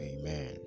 Amen